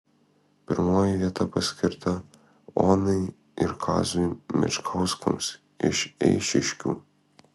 pirmoji vieta paskirta onai ir kaziui mečkauskams iš eišiškių